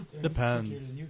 Depends